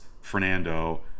fernando